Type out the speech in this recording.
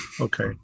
Okay